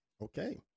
Okay